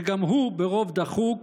וגם הוא ברוב דחוק,